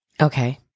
Okay